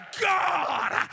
God